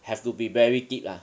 have to be very deep lah